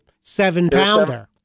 seven-pounder